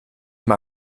mal